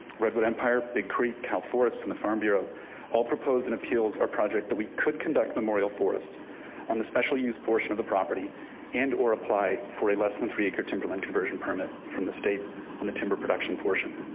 redwood empire, big creek, ah california, and the farm bureau all propose and appeals. our project that we could conduct memorial forests on the special use portion of the property and or apply for a less than three acre timberland conversion permit from the state on the timber production portion.